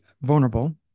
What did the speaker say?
vulnerable